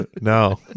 No